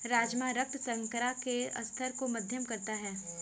राजमा रक्त शर्करा के स्तर को मध्यम करता है